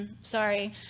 sorry